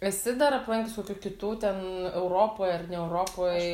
esi dar aplankius kokių kitų ten europoj ar ne europoj